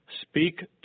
Speak